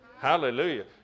Hallelujah